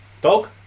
Dog